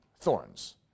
thorns